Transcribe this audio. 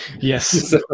yes